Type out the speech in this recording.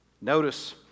Notice